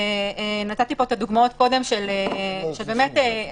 ונתתי פה את הדוגמאות קודם של, באמת,